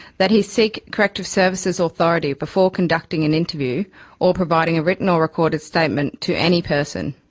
that he seek corrective services' authority before conducting an interview or providing a written or recorded statement to any person.